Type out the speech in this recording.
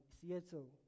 Seattle